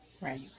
Right